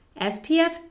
SPF